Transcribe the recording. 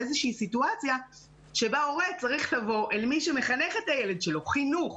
סיטואציה שבה הורה צריך לבוא אל מי שמחנך את הילד שלו חינוך